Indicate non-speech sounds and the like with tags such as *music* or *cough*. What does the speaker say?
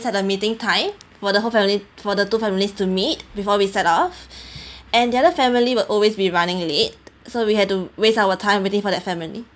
set a meeting time for the whole family for the two families to meet before we set off *breath* and the other family will always be running late so we have to waste our time waiting for that family